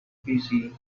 busy